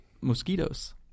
mosquitoes